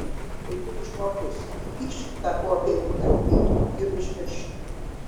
tai būk žmogus įkišk tą popierių tarp kitų ir užmiršk